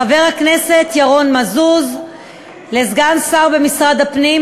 חבר כנסת ירון מזוז לסגן שר במשרד הפנים,